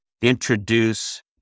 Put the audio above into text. introduce